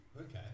Okay